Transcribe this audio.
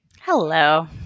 Hello